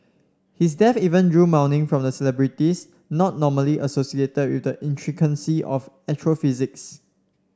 his death even drew mourning from celebrities not normally associated with the intricacies of astrophysics